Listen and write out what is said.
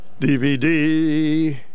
DVD